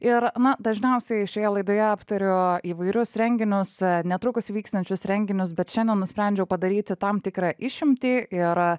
ir na dažniausiai šioje laidoje aptariau įvairius renginius netrukus įvykstančius renginius bet šiandien nusprendžiau padaryti tam tikrą išimtį ir